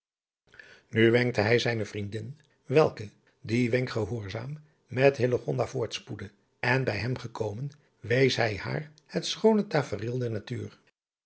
nu wenkte hij zijne vriendin welke adriaan loosjes pzn het leven van hillegonda buisman dien wenk gehoorzaam met hillegonda voortspoedde en by hem gekomen wees hij haar het schoone tafereel der natuur